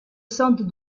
centre